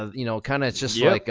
ah you know, kinda it's just yeah like